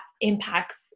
impacts